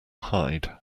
hide